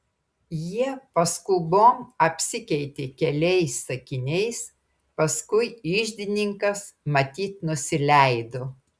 jie paskubom apsikeitė keliais sakiniais paskui iždininkas matyt nusileido